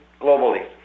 globally